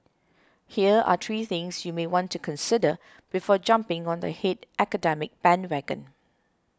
here are three things you may want to consider before jumping on the hate academic bandwagon